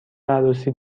عروسی